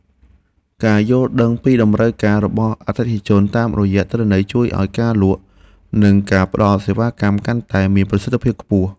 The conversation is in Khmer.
ការយល់ដឹងពីតម្រូវការរបស់អតិថិជនតាមរយៈទិន្នន័យជួយឱ្យការលក់ និងការផ្ដល់សេវាកម្មកាន់តែមានប្រសិទ្ធភាពខ្ពស់។